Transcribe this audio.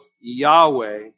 Yahweh